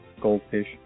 goldfish